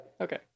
Okay